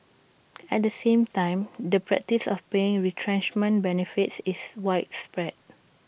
at the same time the practice of paying retrenchment benefits is widespread